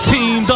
Team